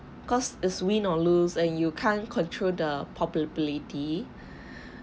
cause its win or lose and you can't control the probability